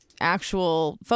actual